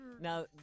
Now